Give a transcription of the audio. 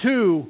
Two